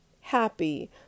happy